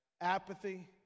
apathy